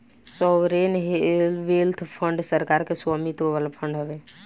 sovereign wealth fund सरकार के स्वामित्व वाला फंड हवे